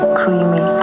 creamy